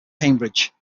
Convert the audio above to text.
cambridge